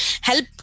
help